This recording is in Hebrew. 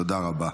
תודה רבה.